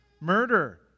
Murder